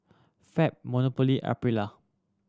Fab Monopoly Aprilia